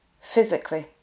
physically